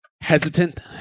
hesitant